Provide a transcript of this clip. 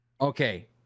okay